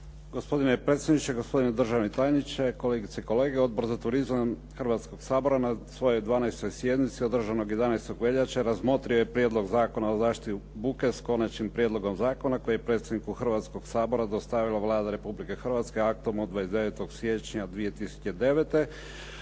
Gospodine predsjedniče, gospodine državni tajniče, kolegice i kolege. Odbor za turizam Hrvatskoga sabora na svojoj 12. sjednici održanoj 11. veljače razmotrio je Prijedlog zakona o zaštiti od buke, s Konačnim prijedlogom zakona koji je predsjedniku Hrvatskog sabora dostavila Vlada Republike Hrvatske aktom od 29. siječnja 2009.